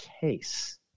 case